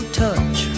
touch